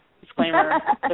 disclaimer